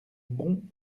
bon